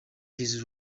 his